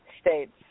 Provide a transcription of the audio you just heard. states